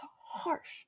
harsh